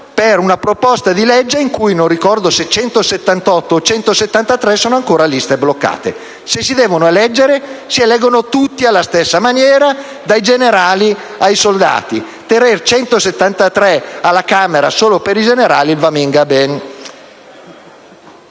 per un disegno di legge in cui non ricordo se 178 o 173 seggi sono ancora su liste bloccate: se si devono eleggere, si eleggano tutti alla stessa maniera, dai generali ai soldati. Tenere 173 seggi alla Camera solo per i generali, "n' va minga